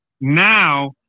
Now